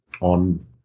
on